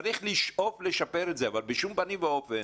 צריך לשאוף לשפר, אבל בשום פנים ואופן